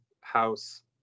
house